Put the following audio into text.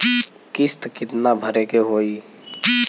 किस्त कितना भरे के होइ?